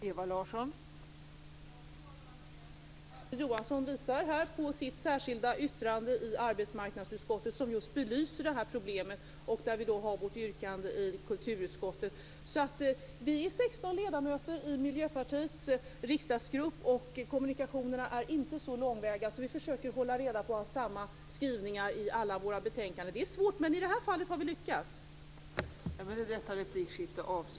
Fru talman! Maria Larsson hänvisar till sin reservation i arbetsmarknadsutskottet, som belyser det här problemet. Vårt yrkande framställs i kulturutskottet. Miljöpartiets riksdagsgrupp består av 16 ledamöter, och kommunikationsvägarna är inte så långa. Vi försöker i alla våra betänkanden ha skrivningar som hänger ihop. Det är svårt, men i det här fallet har vi lyckats.